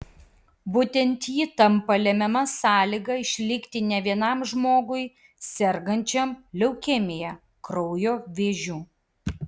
būtent ji tampa lemiama sąlyga išlikti ne vienam žmogui sergančiam leukemija kraujo vėžiu